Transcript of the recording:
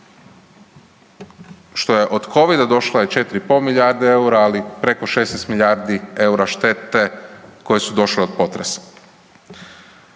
što je, od covida došla je 4,5 milijarde EUR-a, ali preko 16 milijardi EUR-a štete koje su došle od potresa.